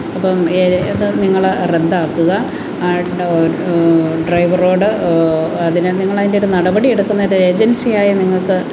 അപ്പം ഇത് നിങ്ങൾ റദ്ദാക്കുക ആട്ടോ ഡ്രൈവറോട് അതിനെ നിങ്ങളതിൻ്റെയൊര് നടപടിയെടുക്കുന്നൊരു ഏജൻസിയായ നിങ്ങൾക്ക്